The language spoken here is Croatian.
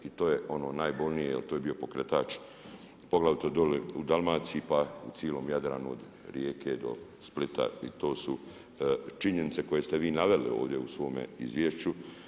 I to je ono najbolnije jer to je bio pokretač, poglavito dole u Dalmaciji pa u cijelom Jadranu, Rijeke, do Splita i to su činjenice koje ste vi naveli ovdje u svome izvješću.